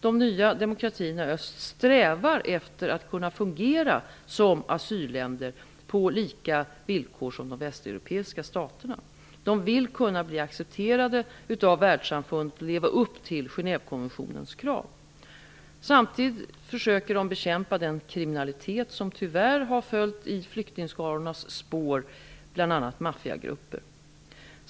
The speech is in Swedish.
De nya demokratierna i öst strävar efter att kunna fungera som asylländer på lika villkor som de västeuropeiska staterna. De vill kunna bli accepterade av världssamfundet och leva upp till Genèvekonventionens krav. Samtidigt försöker de bekämpa den kriminalitet som tyvärr har följt i flyktingskarornas spår, bl.a. maffiagrupper.